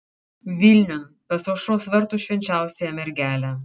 vilniun pas aušros vartų švenčiausiąją mergelę